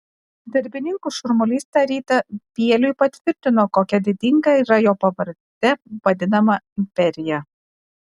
darbininkų šurmulys tą rytą bieliui patvirtino kokia didinga yra jo pavarde vadinama imperija